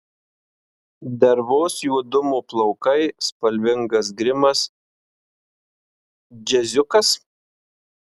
dervos juodumo plaukai spalvingas grimas džiaziukas